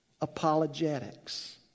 apologetics